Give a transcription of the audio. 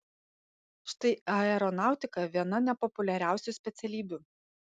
štai aeronautika viena nepopuliariausių specialybių